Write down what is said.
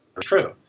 true